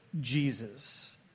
Jesus